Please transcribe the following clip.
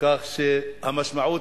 כך שהמשמעות,